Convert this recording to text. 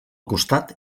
costat